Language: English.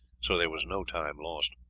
so there was no time lost.